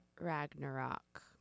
Ragnarok